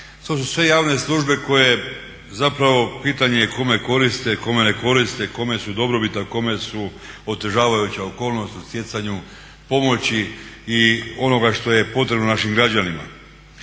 to su sve javne službe koje zapravo pitanje je kome koriste, kome ne koriste, kome su dobrobit, a kome su otežavajuća okolnost u stjecanju pomoći i onoga što je potrebno našim građanima.